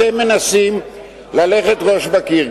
אתם מנסים ללכת ראש בקיר.